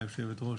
היושבת-ראש,